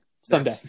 someday